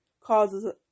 causes